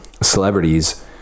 celebrities